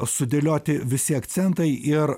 sudėlioti visi akcentai ir